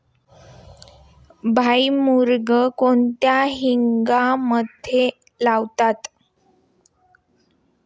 भुईमूग कोणत्या हंगामात लावतात?